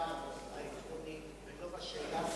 בשאלה העקרונית ולא בשאלה הספציפית,